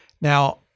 Now